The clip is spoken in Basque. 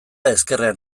ezkerrean